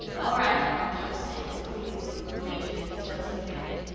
all right, jem was saying, as coolly as if he were arranging the details of a picnic.